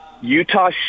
Utah